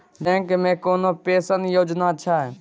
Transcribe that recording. Bank मे कोनो pension योजना छै?